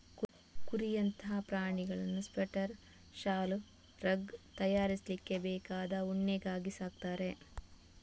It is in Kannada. ಕುರಿಯಂತಹ ಪ್ರಾಣಿಗಳನ್ನ ಸ್ವೆಟರ್, ಶಾಲು, ರಗ್ ತಯಾರಿಸ್ಲಿಕ್ಕೆ ಬೇಕಾದ ಉಣ್ಣೆಗಾಗಿ ಸಾಕ್ತಾರೆ